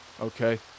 Okay